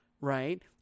right